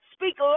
Speak